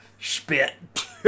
Spit